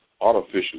artificial